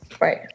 right